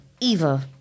Eva